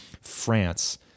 france